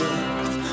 earth